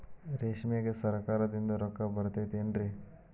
ರೇಷ್ಮೆಗೆ ಸರಕಾರದಿಂದ ರೊಕ್ಕ ಬರತೈತೇನ್ರಿ?